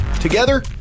Together